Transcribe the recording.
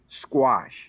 squash